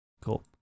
Cool